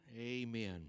Amen